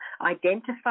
identify